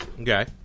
Okay